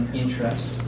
interests